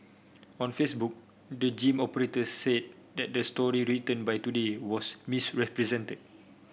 on Facebook the gym operator said that the story written by Today was misrepresented